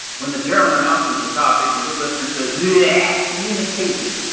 when the chairman announces the topic the good listener says yeah communication,